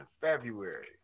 February